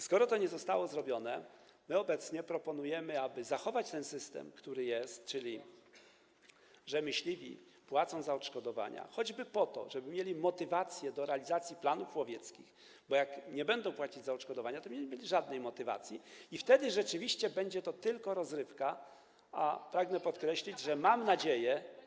Skoro to nie zostało zrobione, my obecnie proponujemy zachować ten system, który jest, czyli taki, że myśliwi wypłacają odszkodowania, choćby po to, żeby mieli motywację do realizacji planów łowieckich, bo kiedy nie będą wypłacać odszkodowań, to nie będzie żadnej motywacji i wtedy rzeczywiście będzie to tylko rozrywka, a pragnę podkreślić, że mam nadzieję.